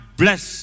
bless